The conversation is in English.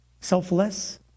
selfless